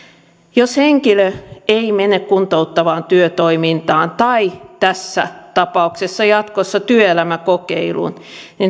jos henkilö ei mene kuntouttavaan työtoimintaan tai tässä tapauksessa jatkossa työelämäkokeiluun